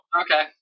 Okay